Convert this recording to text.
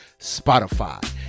Spotify